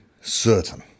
certain